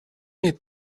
need